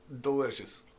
Delicious